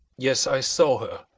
yes, i saw her.